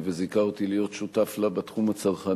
וזיכה אותי להיות שותף לה, בתחום הצרכני.